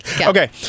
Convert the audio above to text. Okay